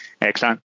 Excellent